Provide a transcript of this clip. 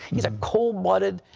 he is a cold-blooded,